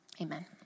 Amen